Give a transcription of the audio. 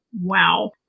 wow